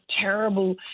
terrible